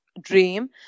dream